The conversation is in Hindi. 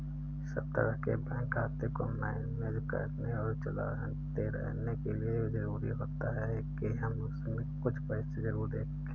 सब तरह के बैंक खाते को मैनेज करने और चलाते रहने के लिए जरुरी होता है के हम उसमें कुछ पैसे जरूर रखे